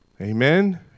Amen